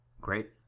Great